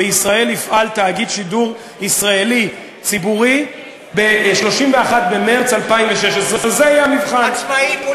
בישראל יפעל תאגיד שידור ישראלי ציבורי ב-31 במרס 2016. זה יהיה המבחן.